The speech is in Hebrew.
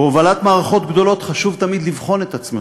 בהובלת מערכות גדולות חשוב תמיד לבחון את עצמך,